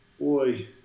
Boy